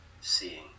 seeing